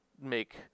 make